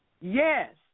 Yes